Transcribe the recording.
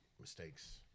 mistakes